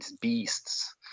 beasts